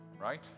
right